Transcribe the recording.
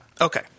Okay